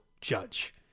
judge